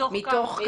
שלנו את